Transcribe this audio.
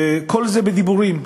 וכל זה בדיבורים,